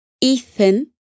Ethan